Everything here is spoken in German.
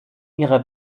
ihrer